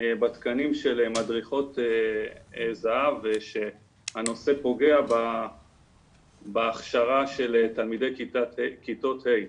בתקנים של מדריכות זה"ב שהנושא פוגע בהכשרה של תלמידי כיתות ה'.